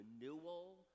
renewal